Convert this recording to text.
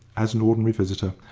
as an ordinary visitor.